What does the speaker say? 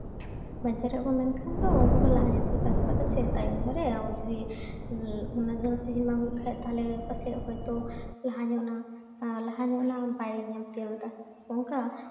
ᱵᱟᱧᱪᱟᱣ ᱨᱮᱭᱟᱜ ᱠᱚ ᱢᱮᱱᱠᱷᱟᱱ ᱫᱚ ᱩᱱᱠᱩ ᱫᱚ ᱞᱟᱦᱟ ᱧᱚᱜ ᱨᱮᱠᱚ ᱪᱟᱥ ᱟᱵᱟᱫᱟ ᱥᱮ ᱛᱟᱭᱚᱢ ᱧᱚᱜ ᱨᱮ ᱡᱩᱫᱤ ᱚᱱᱟᱫᱚ ᱥᱤᱡᱤᱱ ᱵᱟᱝ ᱦᱩᱭᱩᱜ ᱠᱷᱟᱡ ᱛᱟᱦᱚᱞᱮ ᱯᱟᱥᱮᱡ ᱦᱚᱭᱛᱳ ᱞᱟᱦᱟ ᱧᱚᱜ ᱱᱟ ᱞᱟᱦᱟ ᱧᱚᱜ ᱱᱟ ᱵᱟᱭ ᱧᱮᱞ ᱛᱤᱭᱳᱜ ᱞᱮᱫᱟ ᱚᱱᱠᱟ